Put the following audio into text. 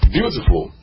Beautiful